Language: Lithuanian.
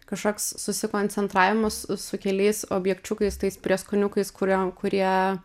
kažkoks susikoncentravimo s su keliais objekčiukais tais prieskoniukais kurio kurie